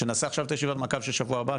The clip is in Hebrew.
שנעשה עכשיו את ישיבת המעקב של שבוע הבא,